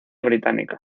británica